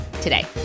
today